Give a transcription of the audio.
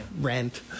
rent